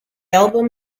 album